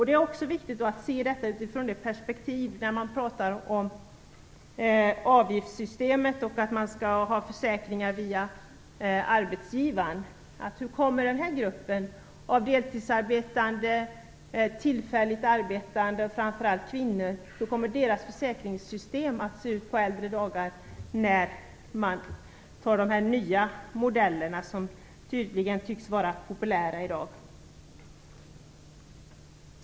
Det är också viktigt att se detta när man talar om avgiftssystem och om att ha försäkringar via arbetsgivaren. Hur kommer de deltidsarbetandes, de tillfälligt arbetandes och framför allt kvinnornas försäkringssystem att se ut i framtiden om man antar de nya modeller som tycks vara populära i dag?